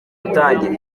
gutangira